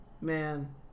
Man